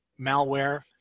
malware